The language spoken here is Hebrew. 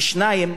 שנית,